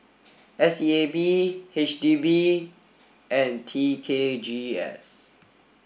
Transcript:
S E A B H D B and T K G S